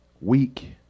weak